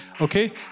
Okay